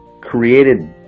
created